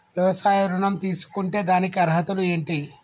వ్యవసాయ ఋణం తీసుకుంటే దానికి అర్హతలు ఏంటి?